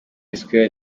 square